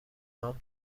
نام